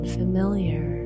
Familiar